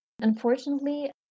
Unfortunately